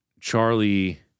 Charlie